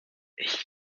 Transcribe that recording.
ich